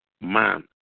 man